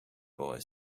boy